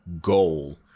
goal